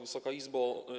Wysoka Izbo!